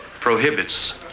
prohibits